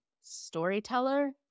storyteller